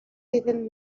even